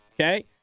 okay